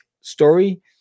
story